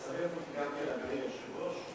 ההצעה להעביר את הנושא לוועדת הכספים נתקבלה.